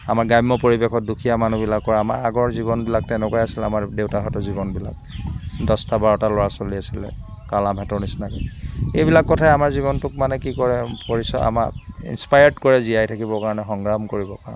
আমাৰ গ্ৰাম্য পৰিৱেশত দুখীয়া মানুহবিলাকৰ আমাৰ আগৰ জীৱনবিলাক তেনেকুৱাই আছিল আমাৰ দেউতাহঁতৰ জীৱনবিলাক দহটা বাৰটা ল'ৰা ছোৱালী আছিলে কালামহঁতৰ নিচিনাকৈ এইবিলাক কথাই আমাৰ জীৱনটোক মানে কি কৰে পৰিচয় আমাৰ ইনছপায়াৰ্ড কৰে জীয়াই থাকিবৰ কাৰণে সংগ্ৰাম কৰিব কাৰণে